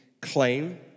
claim